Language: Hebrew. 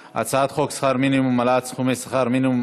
שכר מינימום (העלאת סכומי שכר מינימום,